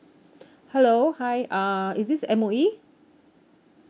hello hi uh is this M_O_E